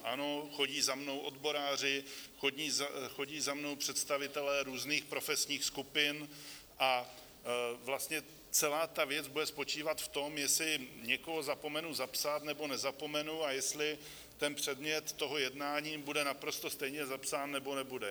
Ano, chodí za mnou odboráři, chodí za mnou představitelé různých profesních skupin, a vlastně celá ta věc bude spočívat v tom, jestli někoho zapomenu zapsat, nebo nezapomenu, a jestli ten předmět toho jednání bude naprosto stejně zapsán, nebo nebude.